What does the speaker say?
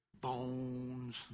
bones